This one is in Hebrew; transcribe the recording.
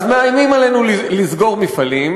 אז מאיימים עלינו בסגירת מפעלים,